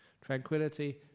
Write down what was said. Tranquility